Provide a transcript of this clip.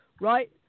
right